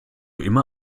immer